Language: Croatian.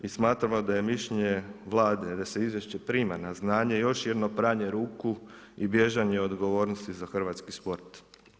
I smatramo da je izvješće Vlade, da se izvješće prima na znanje, još jedno pranje ruku i bježanje odgovornosti za hrvatski sport.